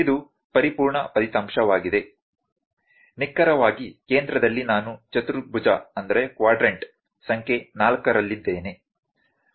ಇದು ಪರಿಪೂರ್ಣ ಫಲಿತಾಂಶವಾಗಿದೆ ನಿಖರವಾಗಿ ಕೇಂದ್ರದಲ್ಲಿ ನಾನು ಚತುರ್ಭುಜ ಸಂಖ್ಯೆ 4 ರಲ್ಲಿದ್ದೇನೆ